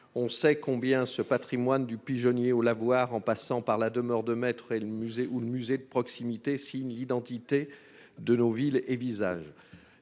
on sait combien ce Patrimoine du pigeonnier au lavoir en passant par la demeure de maître et le musée ou le musée de proximité signe l'identité de nos villes et visages